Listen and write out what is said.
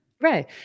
Right